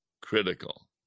critical